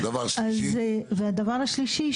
והדבר השלישי,